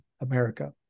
america